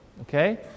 okay